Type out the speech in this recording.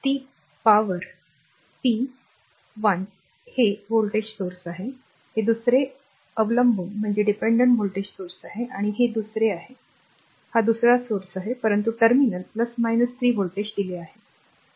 ती P power power P 1 हे voltage स्त्रोत आहे हे दुसरे अवलंबून व्होल्टेज स्त्रोत आहे आणि हे दुसरे आहे दुसरा स्रोत आहे परंतु टर्मिनल 3 व्होल्टेज दिले आहे